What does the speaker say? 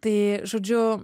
tai žodžiu